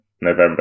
November